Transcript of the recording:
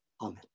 Amen